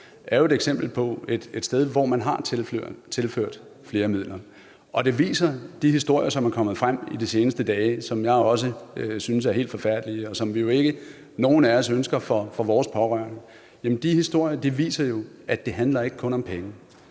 er et eksempel på et sted, hvor man har tilført flere midler, og de historier, som er kommet frem i de seneste dage, som jeg også synes er helt forfærdelige, og som vi jo ikke nogen af os ønsker for vores pårørende, viser jo, at det ikke kun handler om penge.